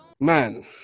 man